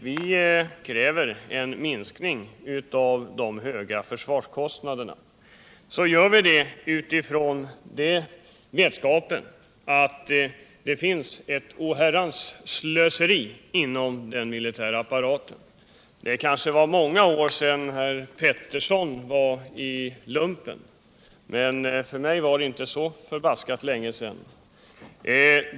Vi kräver en minskning av de höga försvarskostnaderna utifrån vetskapen att det finns ett oherrans slöseri inom den militära apparaten. Det kanske var många år sedan herr Petersson gjorde lumpen, men för mig var det inte så länge sedan.